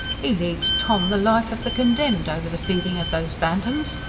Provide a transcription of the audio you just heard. he leads tom the life of the condemned, over the feeding of those bantams.